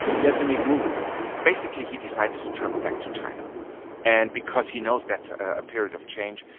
he had to make moves basically, he decides to travel back to china and because he knows that's a period of change,